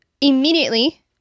immediately